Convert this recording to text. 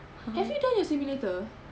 have you done your simulator